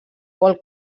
vol